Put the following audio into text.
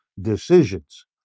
decisions